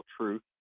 truth